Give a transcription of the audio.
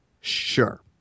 sure